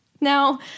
Now